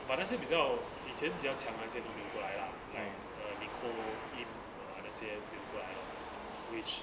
but let's say 比较以前比较强还些名过来 lah like nicole tim 那些 wilbur I know which